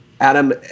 Adam